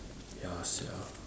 ya sia